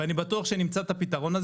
ואני בטוח שנמצא את הפתרון,